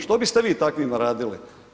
Što biste vi takvima radili?